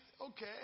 okay